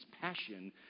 passion